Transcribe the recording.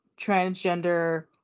transgender